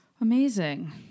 Amazing